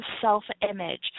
self-image